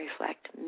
reflect